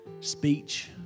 speech